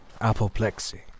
apoplexy